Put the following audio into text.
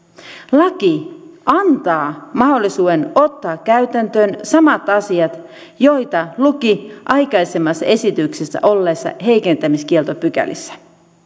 laki antaa mahdollisuuden ottaa käytäntöön samat asiat joita luki aikaisemmassa esityksessä olleissa heikentämiskieltopykälissä